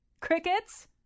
Crickets